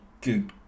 good